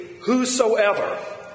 whosoever